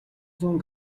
зуун